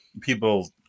people